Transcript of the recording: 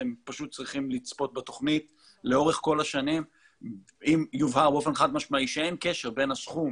אתם פשוט צריכים לצפות בתוכנית - שאין קשר בין הסכום